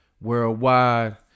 worldwide